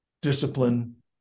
discipline